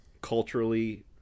culturally